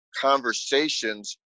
conversations